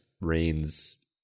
rains